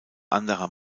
anderer